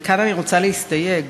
וכאן אני רוצה להסתייג,